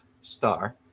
star